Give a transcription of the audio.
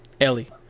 Ellie